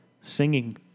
singing